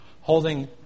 holding